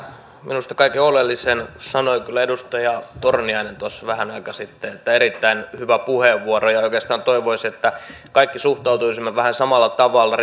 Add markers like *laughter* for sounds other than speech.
minusta kaiken oleellisen sanoi kyllä edustaja torniainen tuossa vähän aikaa sitten erittäin hyvä puheenvuoro oikeastaan toivoisi että me kaikki suhtautuisimme vähän samalla tavalla *unintelligible*